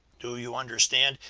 do you understand?